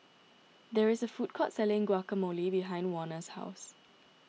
there is a food court selling Guacamole behind Warner's house